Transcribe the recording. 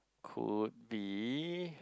could be